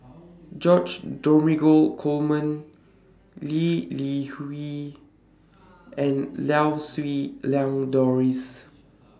George Dromgold Coleman Lee Li Hui and Lau Siew Lang Doris